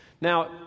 Now